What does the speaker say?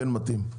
כן מתאים.